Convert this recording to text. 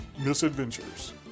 misadventures